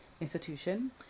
institution